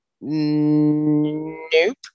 Nope